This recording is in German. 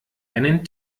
einen